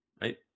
right